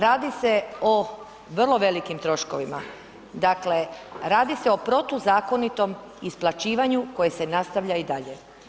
Radi se o vrlo velikim troškovima, dakle radi se o protuzakonitom isplaćivanju koje se nastavlja i dalje.